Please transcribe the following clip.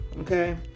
okay